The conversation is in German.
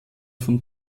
von